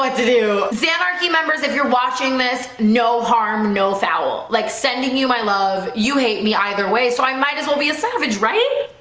but to do sam our key members if you're watching this no harm no foul like sending you my love you hate me either way, so i might as well be a salvage write